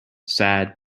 sad